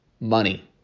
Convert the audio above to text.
Money